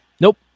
Nope